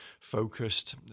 focused